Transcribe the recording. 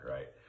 Right